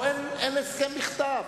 פה אין הסכם בכתב.